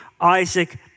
Isaac